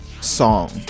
song